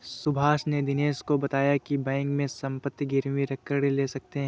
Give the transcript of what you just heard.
सुभाष ने दिनेश को बताया की बैंक में संपत्ति गिरवी रखकर ऋण ले सकते हैं